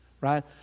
Right